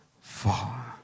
far